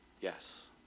Yes